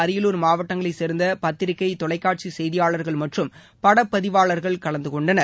அரியலூர் மாவட்டங்களை சேர்ந்த பத்திரிகை தொலைக்காட்சி செய்தியாளர்கள் மற்றும் படப்பதிவாளர்கள் கலந்துகொண்டனர்